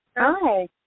Hi